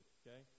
okay